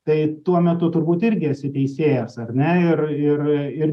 tai tuo metu turbūt irgi esi teisėjas ar ne ir ir ir